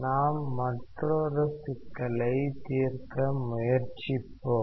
நாம் மற்றொரு சிக்கலை தீர்க்க முயற்சிப்போம்